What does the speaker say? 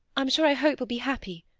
i'm sure i hope he'll be happy.